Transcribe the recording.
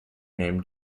named